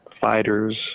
fighters